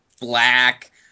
black